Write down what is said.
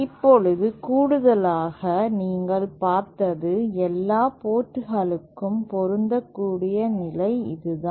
இப்போது கூடுதலாக நீங்கள் பார்த்தது எல்லா போர்டுகளுக்கும் பொருந்தக்கூடிய நிலை இதுதான்